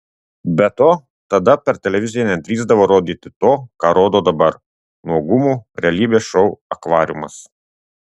be to tada per televiziją nedrįsdavo rodyti to ką rodo dabar nuogumų realybės šou akvariumas